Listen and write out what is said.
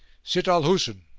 sitt al husn.